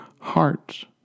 heart